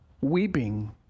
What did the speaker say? weeping